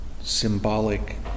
symbolic